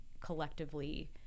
collectively